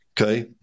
Okay